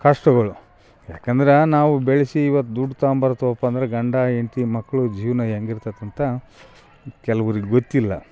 ಕಷ್ಟಗಳು ಯಾಕಂದ್ರೆ ನಾವು ಬೆಳೆಸಿ ಇವತ್ತು ದುಡ್ಡು ತಗೊಂಬರ್ತಿವಪ್ಪ ಅಂದ್ರೆ ಗಂಡ ಹೆಂಡ್ತಿ ಮಕ್ಕಳು ಜೀವನ ಹೆಂಗಿರ್ತದೆ ಅಂತ ಕೆಲವ್ರಿಗೆ ಗೊತ್ತಿಲ್ಲ